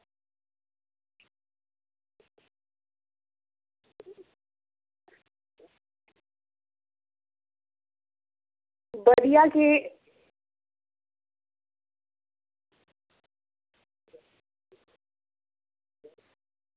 बाकी हालत ई